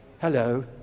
hello